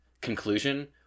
conclusion